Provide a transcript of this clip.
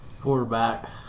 Quarterback